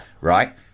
Right